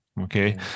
Okay